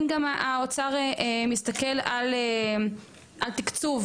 כן גם האוצר מסתכל על תקצוב.